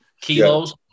kilos